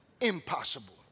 impossible